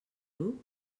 grup